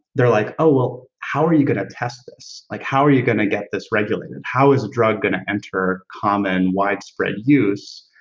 they're like, oh, well how are you going to test this? like how are you going to get this regulated? how is the drug going to enter common widespread use